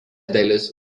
dalis